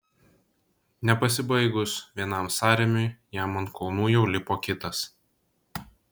nepasibaigus vienam sąrėmiui jam ant kulnų jau lipo kitas